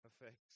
effects